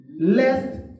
Lest